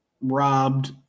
robbed